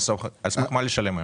על סמך מה לשלם להם?